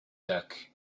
duck